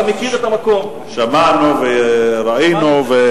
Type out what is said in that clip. עשרות מטוסי כיבוי לא יכבו את ההסתות שמביאות להצתות.